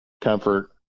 Comfort